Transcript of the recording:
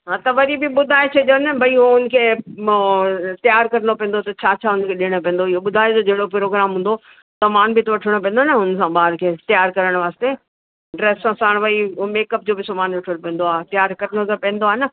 हा त वरी बि ॿुधाए छॾियो न भाई हो हुनखे मां तयार करिणो पवंदो छा छा उनखे ॾेयणो पवंदो इहो ॿुधाए जहिड़ो प्रोग्राम हूंदो सामान बि त वठिणो पवंदो न उन्हनि लाइ ॿार खे तयार करणु वास्ते ड्रेस सां साण भाई हो मेकअप जो बि सामान वठिणो पवंदो आहे तयार करिणो त पवंदो आहे न